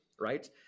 right